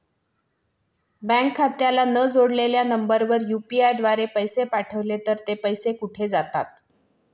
Bank खात्याला न जोडलेल्या नंबरवर यु.पी.आय द्वारे पैसे पाठवले तर ते पैसे कुठे जातात?